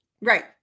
Right